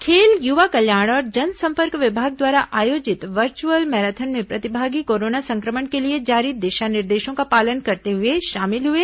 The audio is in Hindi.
खेल युवा कल्याण और जनसंपर्क विभाग द्वारा आयोजित वर्चुअल मैराथन में प्रतिभागी कोरोना संक्रमण के लिए जारी दिशा निर्देशों का पालन करते हुए शामिल हुए